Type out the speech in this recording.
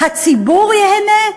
הציבור ייהנה?